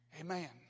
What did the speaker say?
Amen